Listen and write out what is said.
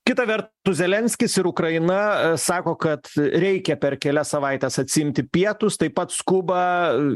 kita vertus zelenskis ir ukraina sako kad reikia per kelias savaites atsiimti pietus taip pat skuba